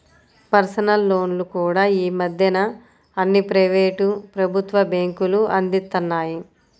personal లోన్లు కూడా యీ మద్దెన అన్ని ప్రైవేటు, ప్రభుత్వ బ్యేంకులూ అందిత్తన్నాయి